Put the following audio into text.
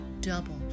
double